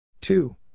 Two